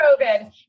COVID